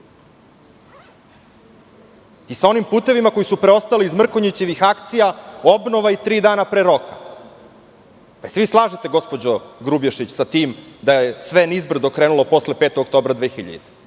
i sa onim putevima koji su preostali iz Mrkonjićevih akcija obnova i tri dana pre roka. Da li se vi slažete, gospođo Grubješić, sa tim da je sve krenulo nizbrdo posle 5. oktobra 2000.